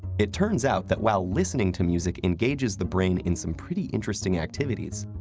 it turns out that while listening to music engages the brain in some pretty interesting activities,